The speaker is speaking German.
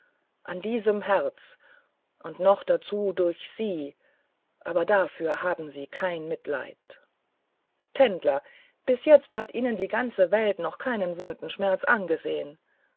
in diesem herzen und noch dazu durch sie aber dafür haben sie kein mitleiden tändler bis jetzt hat ihnen die ganze welt noch keinen wundenschmerz angesehen